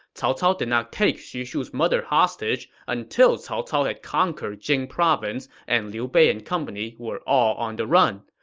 cao cao did not take xu shu's mother hostage until cao cao had conquered jing province and liu bei and company were all on the run.